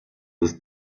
ist